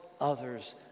others